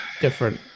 different